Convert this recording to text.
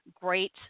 great